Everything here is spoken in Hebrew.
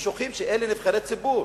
ושוכחים שאלה נבחרי ציבור,